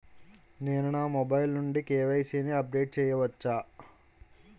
నేను నా మొబైల్ నుండి కే.వై.సీ ని అప్డేట్ చేయవచ్చా?